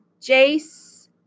Jace